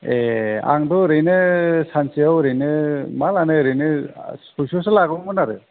ए आंथ' ओरैनो सानसेआव ओरैनो मा लांनो ओरैनो सयस' सो लागौमोन आरो